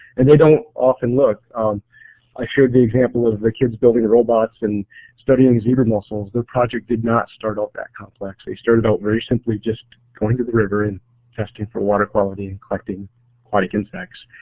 and they don't often look i shared the example of the kids building robots and studying zebra mussels, their project did not start out that complex. they started out very simply just going to the river and testing for water quality and collecting aquatic insects.